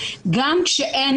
גם כשאין